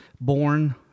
born